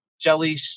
jelly